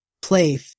play